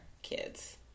Kids